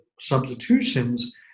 substitutions